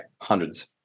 hundreds